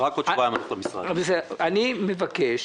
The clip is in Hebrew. אני מבקש